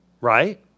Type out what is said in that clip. Right